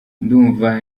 ndumva